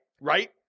Right